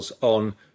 on